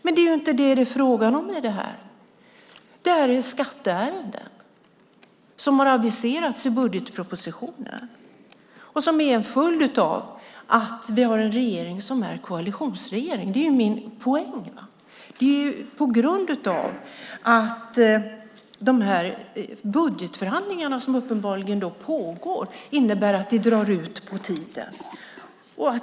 Men det är ju inte det som det är frågan om här, utan det är skatteärenden som har aviserats i budgetpropositionen och som präglas av att vi har en regering som är en koalitionsregering. Det är min poäng. Det är budgetförhandlingarna som uppenbarligen pågår som innebär att det drar ut på tiden.